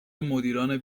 مدیران